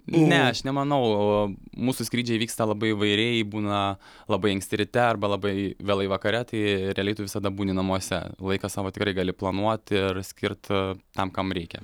ne aš nemanau o mūsų skrydžiai vyksta labai įvairiai būna labai anksti ryte arba labai vėlai vakare tai realiai tu visada būni namuose laiką savo tikrai gali planuoti ir skirt tam kam reikia